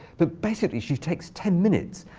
but basically, she takes ten minutes.